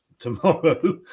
Tomorrow